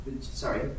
Sorry